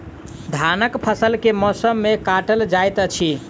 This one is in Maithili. धानक फसल केँ मौसम मे काटल जाइत अछि?